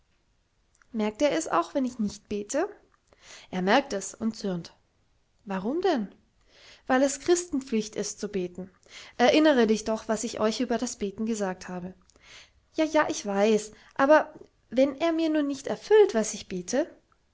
merkt er es auch wenn ich nicht bete er merkt es und zürnt warum denn weil es christenpflicht ist zu beten erinnere dich doch was ich euch über das beten gesagt habe ja ja ich weiß aber wenn er mir nun nicht erfüllt was ich bete